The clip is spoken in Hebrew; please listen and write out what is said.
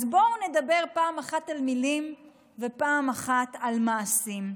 אז בואו נדבר פעם אחת על מילים ופעם אחת על מעשים.